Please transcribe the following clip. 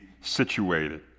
situated